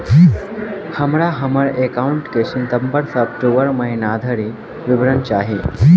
हमरा हम्मर एकाउंट केँ सितम्बर सँ अक्टूबर महीना धरि विवरण चाहि?